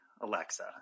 Alexa